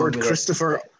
Christopher